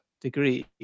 degree